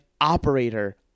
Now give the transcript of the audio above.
operator